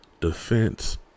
defense